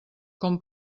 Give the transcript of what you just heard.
com